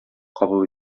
кабул